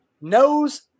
knows